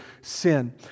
sin